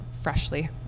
freshly